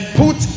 put